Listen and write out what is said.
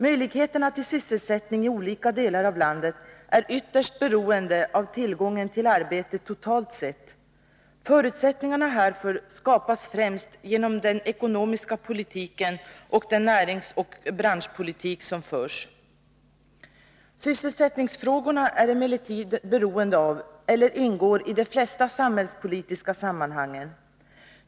Möjligheterna till sysselsättning i olika delar av landet är ytterst beroende av tillgången till arbete totalt sett. Förutsättningarna härför skapas främst genom den ekonomiska politiken och den näringsoch branschpolitik som förs. Sysselsättningsfrågorna är emellertid beroende av eller ingår i de flesta samhällspolitiska sammanhang.